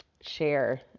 share